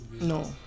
No